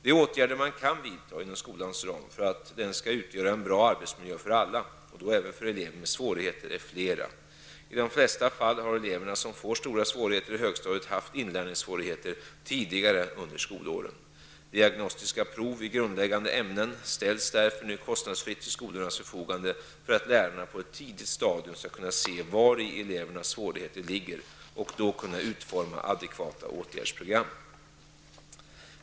De åtgärder man kan vidta inom skolans ram för att den skall utgöra en bra arbetsmiljö för alla och då även för elever med svårigheter är flera. I de flesta fall har elever som får stora svårigheter i högstadiet haft inlärningssvårigheter tidigare under skolåren. Diagnostiska prov i grundläggande ämnen ställs därför nu kostnadsfritt till skolornas förfogande för att lärarna på ett tidigt stadium skall kunna se vari elevernas svårigheter ligger och då kunna utforma adekvata åtgärdsprogram.